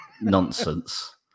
nonsense